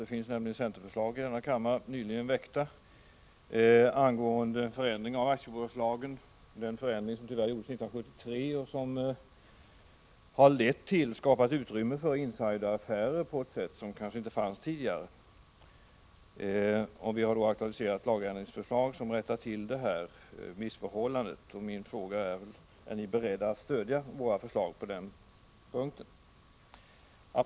Det finns nämligen centerförslag i denna kammare, nyss väckta, angående förändring av aktiebolagslagen. Den förändring som tyvärr gjordes 1973 har skapat utrymme för insideraffärer på ett sätt som kanske inte fanns tidigare, och vi har då aktualiserat lagändringsförslag som rättar till det missförhållandet. Min fråga är: Är ni beredda att stödja våra förslag på den punkten?